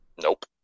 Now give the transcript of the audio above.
Nope